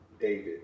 David